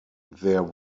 there